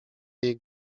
jej